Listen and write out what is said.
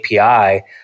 API